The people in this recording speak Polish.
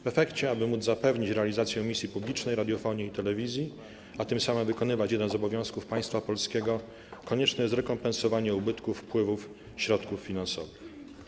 W efekcie, aby móc zapewnić realizację misji publicznej radiofonii i telewizji, a tym samym wykonywać jeden z obowiązków państwa polskiego, konieczne jest rekompensowanie ubytku wpływów środków finansowych.